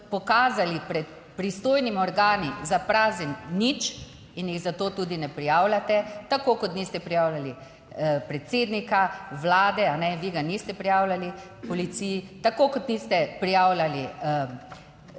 pokazali pred pristojnimi organi za prazen nič in jih zato tudi ne prijavljate. Tako kot niste prijavljali predsednika Vlade. Vi ga niste prijavljali policiji. Tako kot niste prijavljali sodnika